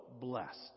blessed